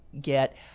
get